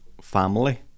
family